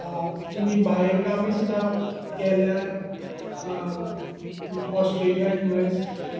तुमी भायर गावी सुद्दां गेल्यार ऑस्ट्रेलिया यूएस